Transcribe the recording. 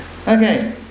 Okay